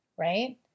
right